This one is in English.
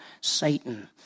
Satan